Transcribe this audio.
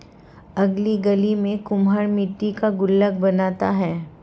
अगली गली में कुम्हार मट्टी का गुल्लक बनाता है